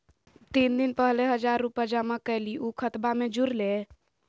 तीन दिन पहले हजार रूपा जमा कैलिये, ऊ खतबा में जुरले?